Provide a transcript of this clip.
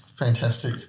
Fantastic